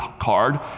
card